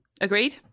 Agreed